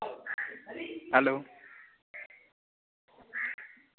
hello